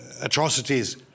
atrocities